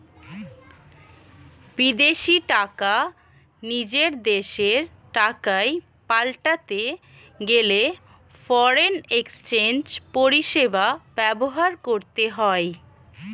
বিদেশী টাকা নিজের দেশের টাকায় পাল্টাতে গেলে ফরেন এক্সচেঞ্জ পরিষেবা ব্যবহার করতে হয়